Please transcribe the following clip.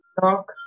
talk